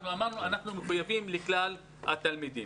אנחנו אמרנו שאנחנו מחויבים לכלל התלמידים.